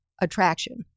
attraction